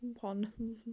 one